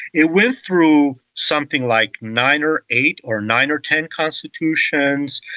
it went through something like nine or eight or nine or ten constitutions.